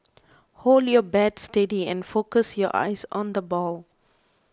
hold your bat steady and focus your eyes on the ball